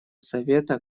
совета